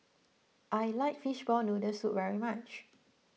I like Fishball Noodle Soup very much